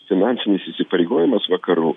finansinis įsipareigojimas vakarų